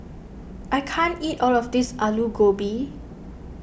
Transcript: I can't eat all of this Aloo Gobi